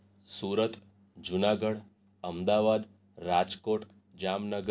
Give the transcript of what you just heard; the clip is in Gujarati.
સુરત જુનાગઢ અમદાવાદ રાજકોટ જામનગર